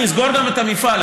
נסגור גם את המפעל,